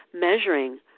measuring